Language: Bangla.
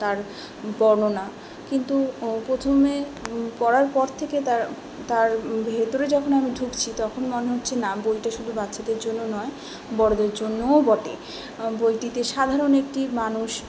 তার বর্ণনা কিন্তু প্রথমে পড়ার পর থেকে তার তার ভেতরে যখন আমি ঢুকছি তখন মনে হচ্ছে না বইটা শুধু বাচ্চাদের জন্য নয় বড়োদের জন্যও বটে বইটিতে সাধারণ একটি মানুষ